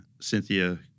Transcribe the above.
Cynthia